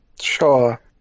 Sure